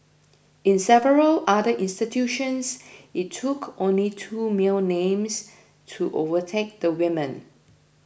in several other institutions it took only two male names to overtake the women